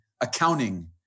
accounting